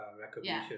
recognition